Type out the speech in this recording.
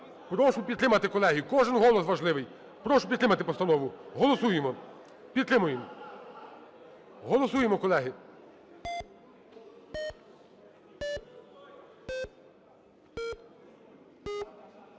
прошу підтримати, колеги. Кожен голос важливий. Прошу підтримати постанову. Голосуємо. Підтримуємо. Голосуємо, колеги.